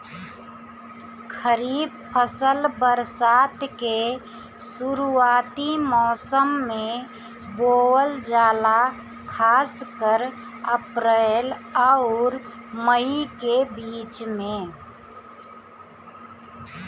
खरीफ फसल बरसात के शुरूआती मौसम में बोवल जाला खासकर अप्रैल आउर मई के बीच में